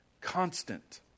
constant